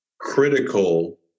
critical